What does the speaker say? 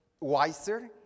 wiser